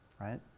right